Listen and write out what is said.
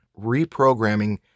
reprogramming